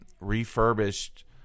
refurbished